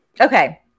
Okay